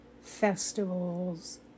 festivals